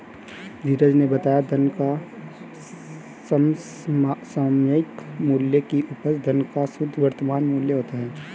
धीरज ने बताया धन का समसामयिक मूल्य की उपज धन का शुद्ध वर्तमान मूल्य होता है